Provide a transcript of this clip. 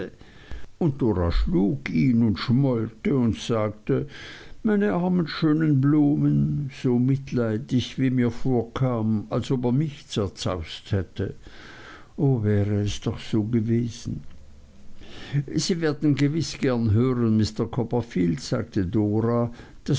und dora schlug ihn und schmollte und sagte meine armen schönen blumen so mitleidig wie mir vorkam als ob er mich zerzaust hätte o wäre es doch so gewesen sie werden gewiß gern hören mr copperfield sagte dora